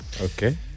Okay